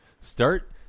Start